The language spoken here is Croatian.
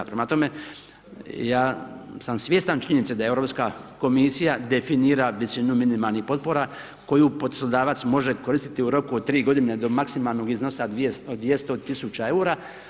Prema tome ja sam svjestan činjenice da Europska komisija definira visinu minimalnih potpora koju poslodavac može koristiti u roku od 3 godine do maksimalnog iznosa od 200 tisuća eura.